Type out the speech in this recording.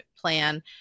plan